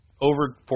over